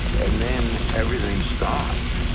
and then everything stopped.